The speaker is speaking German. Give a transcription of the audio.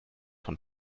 von